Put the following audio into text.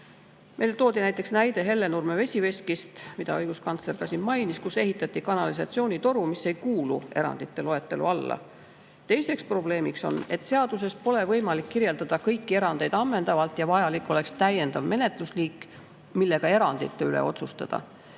Meile toodi näide Hellenurme vesiveskist, mida õiguskantsler ka mainis, kus ehitati kanalisatsioonitoru, mis ei kuulu erandite loetelusse. Teine probleem on, et seaduses pole võimalik kõiki erandeid ammendavalt kirja panna. Vajalik oleks täiendav menetlusliik, et saaks erandite üle otsustada.